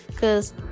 cause